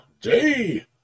Day